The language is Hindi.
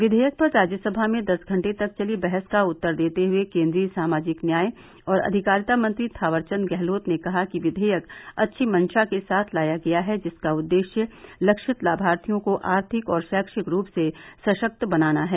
विघेयक पर राज्यसभा में दस घंटे तक चली बहस का उत्तर देते हुए केन्द्रीय सामाजिक न्याय और अंधिकारिता मंत्री थावर चन्द गहलोत ने कहा कि विधेयक अच्छी मंशा के साथ लाया गया है जिसका उद्देश्य लक्षित लाभार्थियों को आर्थिक और शैक्षिक रूप से सशक्त बनाना है